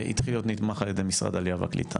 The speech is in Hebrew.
התחיל להיות נתמך על ידי משרד העלייה והקליטה,